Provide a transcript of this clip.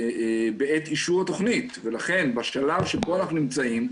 בעת אישור התכנית ולכן בשלב שבו אנחנו נמצאים,